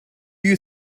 you